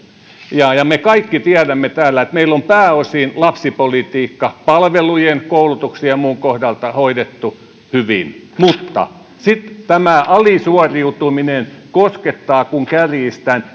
me kaikki tiedämme täällä että meillä on pääosin lapsipolitiikka palvelujen koulutuksen ja muun kohdalta hoidettu hyvin mutta sitten tämä alisuoriutuminen koskettaa kun kärjistän